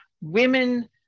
women